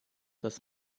dass